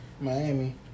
Miami